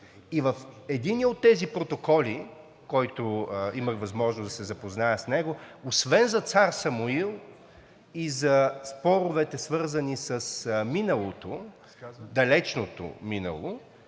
И в единия от тези протоколи, с който имах възможност да се запозная, освен за Цар Самуил и за споровете, свързани с миналото – далечното минало,